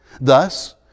Thus